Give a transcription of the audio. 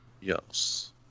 Yes